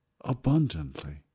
abundantly